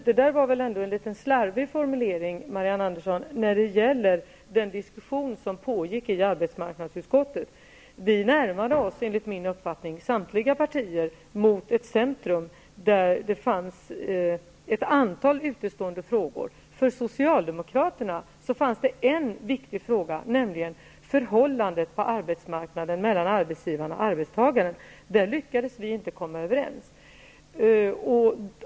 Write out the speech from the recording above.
Det var väl ändå en slarvig formulering, Marianne Andersson, när det gäller den diskussion som pågick i arbetsmarknadsutskottet. Enligt min uppfattning närmade sig samtliga partier ett centrum där det fanns ett antal utestående frågor. För Socialdemokraterna fanns det en viktig fråga, nämligen förhållandet mellan arbetsgivaren och arbetstagaren på arbetsmarknaden. Där lyckades vi inte komma överens.